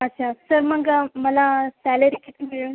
अच्छा सर मग मला सॅलरी किती मिळेल